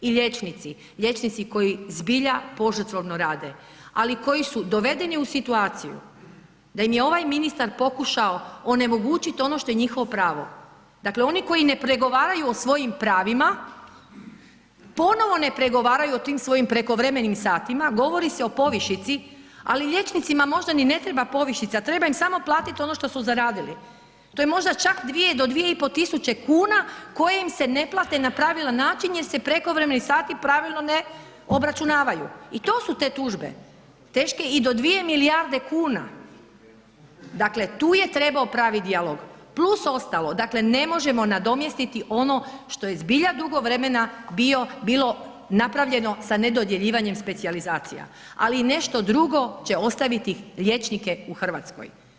I liječnici, liječnici koji zbilja požrtvovno rade, ali koji su dovedeni u situaciju da im je ovaj ministar pokušao onemogućit ono što je njihovo pravo, dakle oni koji ne pregovaraju o svojim pravima, ponovo ne pregovaraju o tim svojim prekovremenim satima, govori se o povišici, ali liječnicima možda ni ne treba povišica, treba im samo platiti ono što su zaradili, to je možda čak 2-2.500,00 kn koje im se ne plate na pravilan način jer se prekovremeni sati pravilno ne obračunavaju i to su te tužbe, teške i do 2 milijarde kuna dakle, tu je trebao pravi dijalog plus ostalo, dakle ne možemo nadomjestiti ono što je zbilja dugo vremena bio, bilo napravljeno sa ne dodjeljivanjem specijalizacija, ali i nešto drugo će ostaviti liječnike u RH.